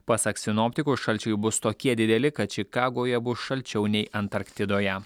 pasak sinoptikų šalčiai bus tokie dideli kad čikagoje bus šalčiau nei antarktidoje